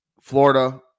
Florida